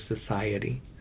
society